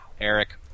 Eric